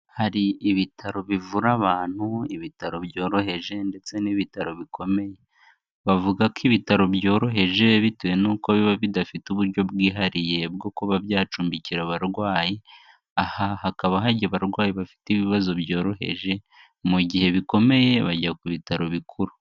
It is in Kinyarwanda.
Hari ibitaro bivura abantu, ibitaro byoroheje ndetse n'ibitaro bikomeye. Bavuga ko ibitaro byoroheje bitewe n'uko biba bidafite uburyo bwihariye bwo kuba byacumbikira abarwayi, aha hakaba hajya abarwayi bafite ibibazo byoroheje, mu gihe bikomeye bajya ku bitaro bikuru.